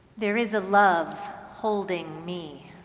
there is a love holding me.